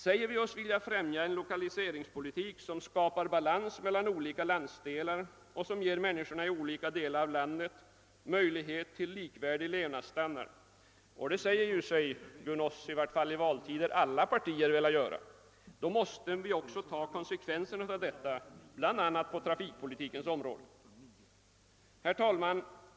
Säger vi oss vilja främja en politik som skapar balans mellan olika landsdelar och som ger människorna i olika delar av landet möjlighet till likvärdig levnadsstandard — och det säger sig ju gunås alla partier vilja göra, i varje fall i valtider — måste vi också ta konsekvenserna härav bl.a. på trafikpolitikens område.